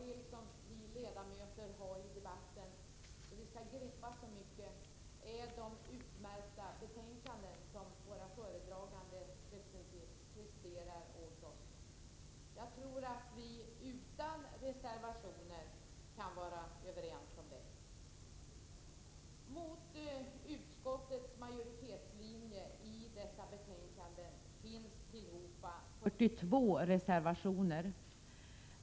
Jag tror att vi utan reservationer kan vara överens om det. Mot utskottets majoritetslinje i dessa betänkanden finns tillhopa 42 reservationer.